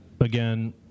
Again